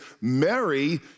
Mary